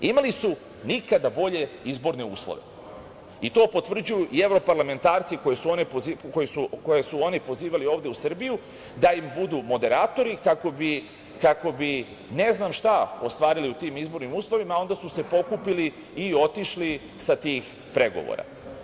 Imali su nikada bolje izbore uslove i to potvrđuju i evroparlamentarci koje su oni pozivali ovde u Srbiju da im budu moderatori kako bi ne znam šta ostvarili u tim izbornim uslovima, a onda su se pokupili i otišli sa tih pregovora.